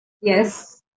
yes